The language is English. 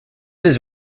his